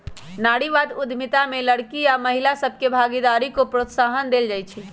नारीवाद उद्यमिता में लइरकि आऽ महिला सभके भागीदारी को प्रोत्साहन देल जाइ छइ